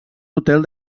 hotel